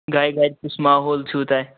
گرِ ورِ کُس ماحول چھُو تۄہہِ